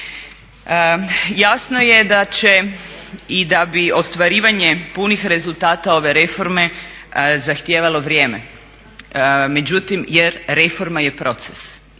Jasno je da će i da bi ostvarivanje punih rezultata ove reforme zahtijevalo vrijeme, međutim jer reforma je proces,